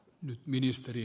pahoittelen sitä